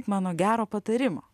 mano gero patarimo